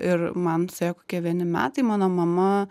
ir man suėjo kokie vieni metai mano mama